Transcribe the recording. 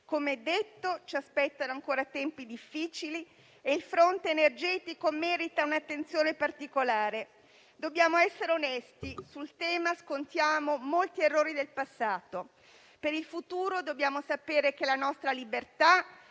Come detto, ci aspettano ancora tempi difficili e il fronte energetico merita un'attenzione particolare. Dobbiamo essere onesti: sul tema scontiamo molti errori del passato. Per il futuro dobbiamo sapere che la nostra libertà